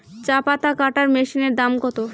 চাপাতা কাটর মেশিনের দাম কত?